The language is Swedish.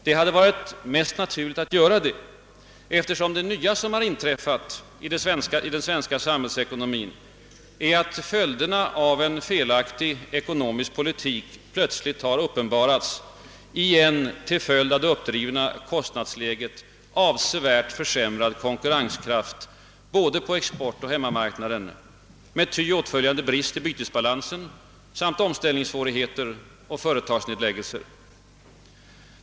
Det hade varit mest naturligt att göra detta, eftersom det nya som inträffat i den svenska samhällsekonomin är att följderna av en felaktig ekonomisk politik plötsligt har uppenbarats i en till följd av det uppdrivna kostnadsläget avsevärt försämrad konkurrenskraft både på exportoch hemmamarknaden med ty åtföljande brist i bytesbalansen samt omställningssvårigheter och företagsnedläggelser.